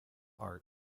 art